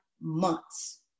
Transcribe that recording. months